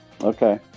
Okay